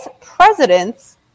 presidents